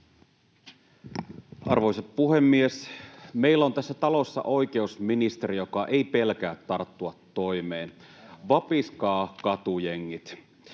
Arvoisa puhemies! Meillä on tässä talossa oikeusministeri, joka ei pelkää tarttua toimeen. Vapiskaa, katujengit!